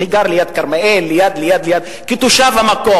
אני גר ליד כרמיאל, ליד, ליד, ליד, כתושב המקום.